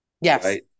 Yes